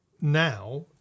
now